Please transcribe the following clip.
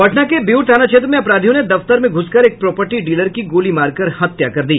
पटना के बेउर थाना क्षेत्र में अपराधियों ने दफ्तर में घुसकर एक प्रोपर्टी डीलर की गोली मारकर हत्या कर दी